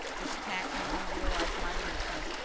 his tact made me realize my weakness,